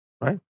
right